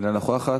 אינה נוכחת.